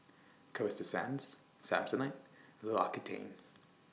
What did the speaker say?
Coasta Sands Samsonite L'Occitane